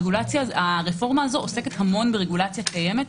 הרפורמה הזו עוסקת המון ברגולציה קיימת.